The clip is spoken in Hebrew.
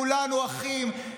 כולנו אחים,